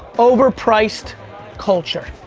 overpriced culture.